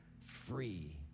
free